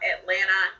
Atlanta –